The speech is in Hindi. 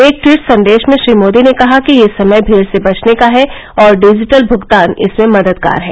एक टवीट संदेश में श्री मोदी ने कहा कि यह समय भीड़ से बचने का है और डिजिटल भुगतान इसमें मददगार है